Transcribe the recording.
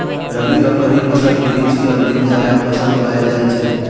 रबी आ खरीफ फसल के बीच के अवधि मे जायद फसल उगाएल जाइ छै